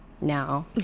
now